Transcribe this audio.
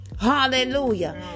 Hallelujah